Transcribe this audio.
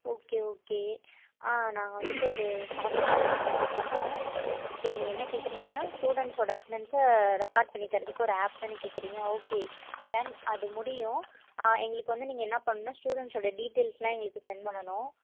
okay okay ஆ நாங்கள் வந்துட்டு ஒரு சாஃப்ட்வேர் கம்பெனி வச்சுருக்கோம் ஓகே நீங்கள் என்ன கேட்குறிங்கன்னா ஸ்டூடண்ட்ஸ் ஓட அட்னன்ஸ ரெக்கார்ட் பண்ணி தர்றதுக்கு ஒரு ஆப் தானே கேட்குறிங்க ஓகே டன் அது முடியும் எங்களுக்கு வந்து நீங்கள் என்ன பண்ணுன்னால் ஸடூடண்ட்ஸ் ஓட டீட்டெயில்ஸ்லாம் எங்களுக்கு செண்ட் பண்ணணும்